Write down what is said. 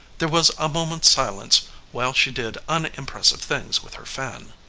there was a moment's silence while she did unimpressive things with her fan.